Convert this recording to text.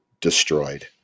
destroyed